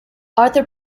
arthur